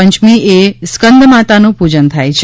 પંચમીએ સ્કંદમાતાનું પૂજન થાય છે